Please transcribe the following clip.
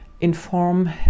Inform